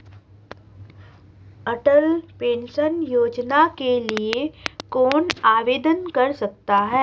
अटल pension Yojana के लिए कौन आवेदन कर सकता है?